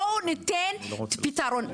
בואו ניתן פתרון.